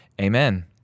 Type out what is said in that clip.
amen